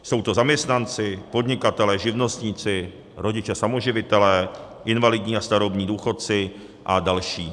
Jsou to zaměstnanci, podnikatelé, živnostníci, rodiče samoživitelé, invalidní a starobní důchodci a další.